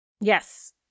yes